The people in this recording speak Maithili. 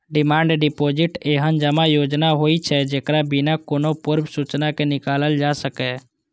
डिमांड डिपोजिट एहन जमा योजना होइ छै, जेकरा बिना कोनो पूर्व सूचना के निकालल जा सकैए